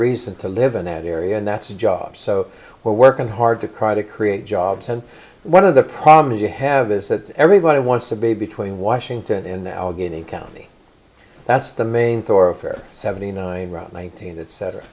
reason to live in that area and that's a job so we're working hard to cry to create jobs and one of the problems you have is that everybody wants to be between washington and allegheny county that's the main thorough fare seventy nine route one thousand that center